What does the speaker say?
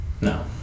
No